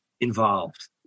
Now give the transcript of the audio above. involved